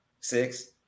Six